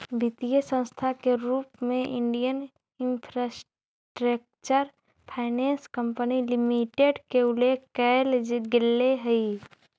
वित्तीय संस्था के रूप में Indian infrastructure finance company limited के उल्लेख कैल गेले हइ